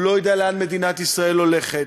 הוא לא יודע לאן מדינת ישראל הולכת.